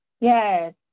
Yes